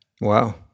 Wow